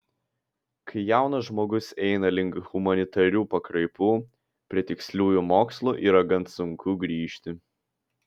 kai jaunas žmogus eina link humanitarių pakraipų prie tiksliųjų mokslų yra gan sunku grįžti